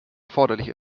erforderlich